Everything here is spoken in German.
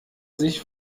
sich